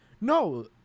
No